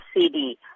CD